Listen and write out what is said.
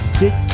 dick